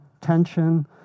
tension